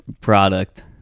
product